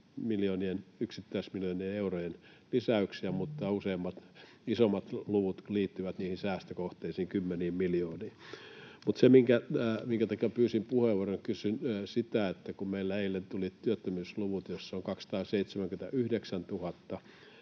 yksittäisten miljoonien eurojen lisäyksiä, mutta useimmat isommat luvut liittyvät niihin säästökohteisiin, kymmeniin miljooniin. Mutta se, minkä takia pyysin puheenvuoron, niin kysyisin: kun meille eilen tuli työttömyysluvut, joissa on 279 000